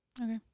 okay